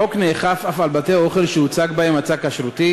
החוק נאכף אף על בתי-אוכל שהוצג בהם מצג כשרותי